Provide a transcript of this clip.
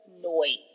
noise